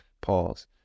Pause